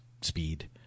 speed